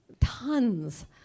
tons